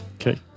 Okay